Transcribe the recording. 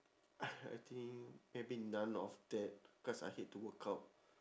I think maybe none of that cause I hate to workout